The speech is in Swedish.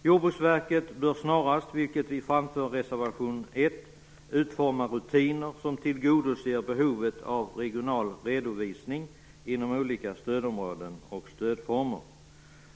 Jordbruksverket bör snarast, vilket vi framför i reservation 1, utforma rutiner som tillgodoser behovet av regional redovisning inom olika stödområden och stödformer.